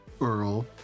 Earl